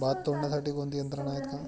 भात तोडण्यासाठी कोणती यंत्रणा आहेत का?